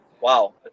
Wow